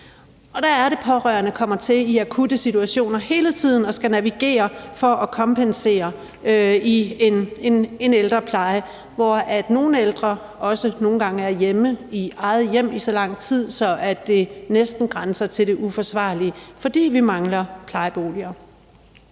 er det, de pårørende i akutte situationer kommer til hele tiden at skulle navigere for at kompensere i en ældrepleje, hvor nogle ældre også nogle gange er hjemme i eget hjem i så lang tid, at det næsten grænser til det uforsvarlige, fordi vi mangler plejeboliger.